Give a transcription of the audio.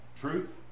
truth